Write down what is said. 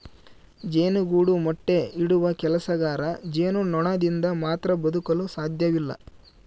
ಜೇನುಗೂಡು ಮೊಟ್ಟೆ ಇಡುವ ಕೆಲಸಗಾರ ಜೇನುನೊಣದಿಂದ ಮಾತ್ರ ಬದುಕಲು ಸಾಧ್ಯವಿಲ್ಲ